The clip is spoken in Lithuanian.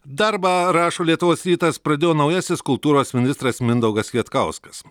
darbą rašo lietuvos rytas pradėjo naujasis kultūros ministras mindaugas kvietkauskas